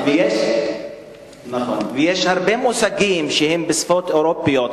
יש הרבה מושגים בשפות אירופיות,